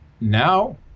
now